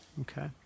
Okay